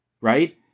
right